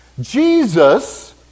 Jesus